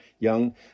young